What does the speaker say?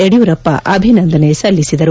ಯಡಿಯೂರಪ್ಪ ಅಭಿನಂದನೆ ಸಲ್ಲಿಸಿದರು